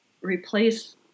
replace